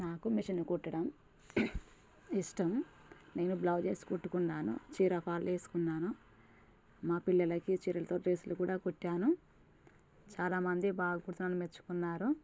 నాకు మిషన్ కుట్టడం ఇష్టం నేను బ్లౌజెస్ కుట్టుకున్నాను చీర ఫాలు ఏసుకున్నాను మా పిల్లలకి చీరలతో డ్రస్సులు కూడా కుట్టాను చాలామంది బాగా కుడుతానని మెచ్చుకున్నారు